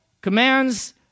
commands